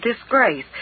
disgrace